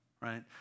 right